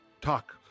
talk